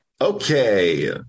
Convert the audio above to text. Okay